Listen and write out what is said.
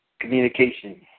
Communication